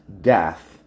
death